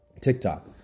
TikTok